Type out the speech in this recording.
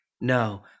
no